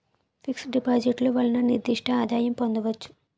fix డిపాజిట్లు వలన నిర్దిష్ట ఆదాయం పొందవచ్చు